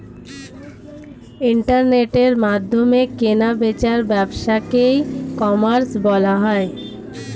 ইন্টারনেটের মাধ্যমে কেনা বেচার ব্যবসাকে ই কমার্স বলা হয়